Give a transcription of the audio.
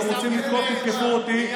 אתם רוצים לתקוף, תתקפו אותי.